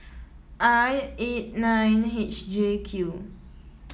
I eight nine H J Q